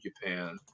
Japan